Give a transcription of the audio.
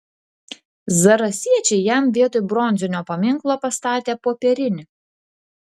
zarasiečiai jam vietoj bronzinio paminklo pastatė popierinį